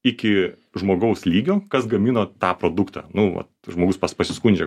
iki žmogaus lygio kas gamino tą produktą nu vat žmogus pasiskundžia